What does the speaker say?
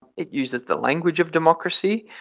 it uses the language of democracy,